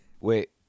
Wait